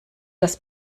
das